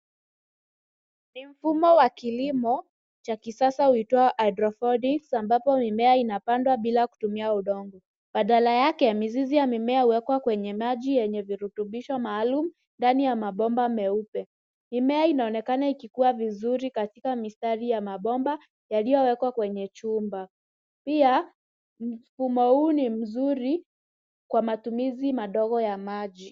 Ni mfumo wa kilimo cha kisasa uitwao hydroponics ambapo mimea inapandwa bila kutumia udongo. Badala yake mizizi ya mimea huwekwa kwenye maji yenye virutubisho maalum ndani ya mabomba meupe. Mimea inaonekana ikikuwa vizuri katika mistari ya mabomba yaliyowekwa kwenye chumba. Pia, mfumo huu ni mzuri kwa matumizi madogo ya maji.